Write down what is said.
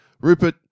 Rupert